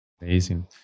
Amazing